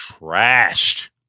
trashed